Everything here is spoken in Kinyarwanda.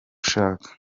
ushaka